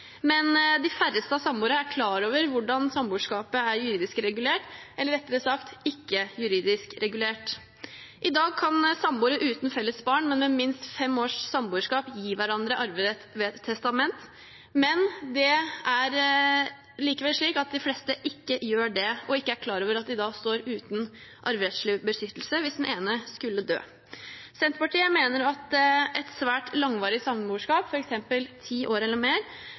men de færreste samboere er klar over hvordan samboerskapet er juridisk regulert, eller rettere sagt: ikke juridisk regulert. I dag kan samboere uten felles barn, men med minst fem års samboerskap, gi hverandre arverett ved testament, men det er likevel slik at de fleste ikke gjør det, og ikke er klar over at de da står uten arverettslig beskyttelse hvis den ene skulle dø. Senterpartiet mener at et svært langvarig samboerskap, f.eks. ti år eller mer,